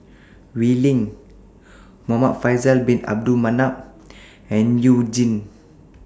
Wee Lin Muhamad Faisal Bin Abdul Manap and YOU Jin